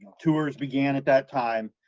tours began at that time,